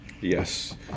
Yes